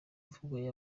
mvugo